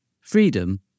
Freedom